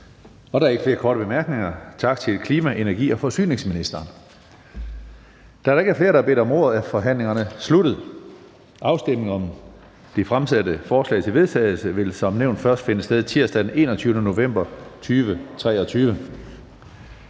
Der er ikke flere korte bemærkninger. Tak til klima-, energi- og forsyningsministeren. Da der ikke er flere, der har bedt om ordet, er forhandlingen sluttet. Afstemningen om de fremsatte forslag til vedtagelse vil som nævnt først finde sted tirsdag den 21. november 2023.